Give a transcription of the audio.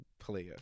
player